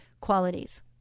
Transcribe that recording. qualities